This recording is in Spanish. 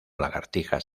lagartijas